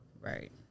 Right